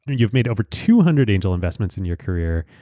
and you've made over two hundred angel investments in your career.